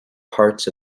parts